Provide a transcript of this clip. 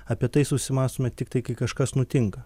apie tai susimąstome tiktai kai kažkas nutinka